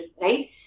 right